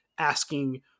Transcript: asking